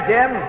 Jim